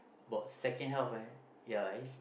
about second half right ya is